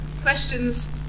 questions